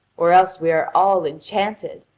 or else we are all enchanted,